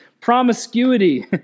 promiscuity